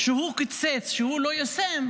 שהוא קיצץ, שהוא לא יישם,